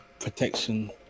protection